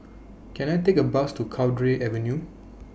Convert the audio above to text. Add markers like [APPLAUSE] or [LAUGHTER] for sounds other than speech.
[NOISE] Can I Take A Bus to Cowdray Avenue